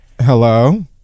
Hello